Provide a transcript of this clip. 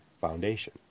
foundation